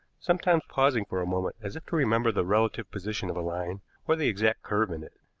sometimes pausing for a moment as if to remember the relative position of a line or the exact curve in it.